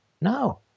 No